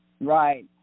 Right